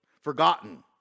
Forgotten